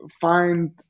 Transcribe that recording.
find